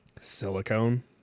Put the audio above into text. Silicone